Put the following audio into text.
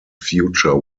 future